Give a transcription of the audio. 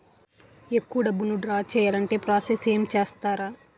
ఎక్కువ డబ్బును ద్రా చేయాలి అంటే ప్రాస సస్ ఏమిటో చెప్తారా?